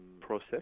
process